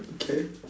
okay